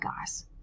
guys